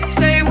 say